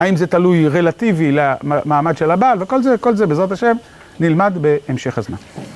האם זה תלוי רלטיבי למעמד של הבעל וכל זה, כל זה, בעזרת ה' נלמד בהמשך הזמן.